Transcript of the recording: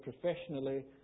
professionally